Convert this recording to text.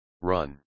Run